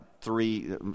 three